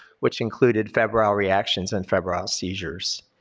which included febrile reactions and febrile seizures.